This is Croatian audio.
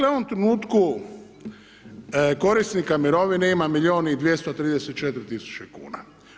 u ovom trenutku korisnika mirovine ima milijun i 234 tisuće kuna.